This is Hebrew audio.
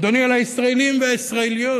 אדוני, אל הישראלים והישראליות,